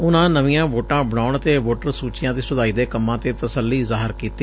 ਉਨੂਾ ਨਵੀਆਂ ਵੋਟਾਂ ਬਣਾਉਣ ਅਤੇ ਵੋਟਰ ਸੁਚੀਆਂ ਦੀ ਸੁਧਾਈ ਦੇ ਕੰਮਾਂ ਤੇ ਤਸੱਲੀ ਜ਼ਾਹਿਰ ਕੀਡੀ